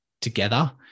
together